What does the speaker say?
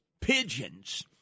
Pigeons